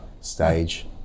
stage